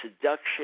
seduction